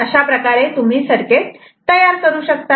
अशाप्रकारे तुम्ही सर्किट तयार करू शकतात